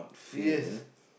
yes